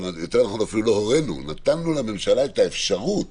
נתנו לממשלה את האפשרות